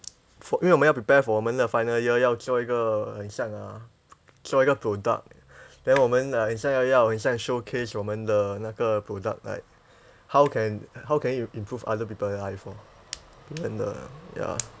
因为我们要 prepare for 我们的 final year 要做一个很像 uh 做一个 product then 我们 like 很像要要很像 showcase 我们的那个 product like how can how can it improve other people life lor then the ya